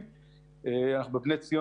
אחד, בשיתוף